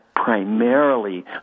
Primarily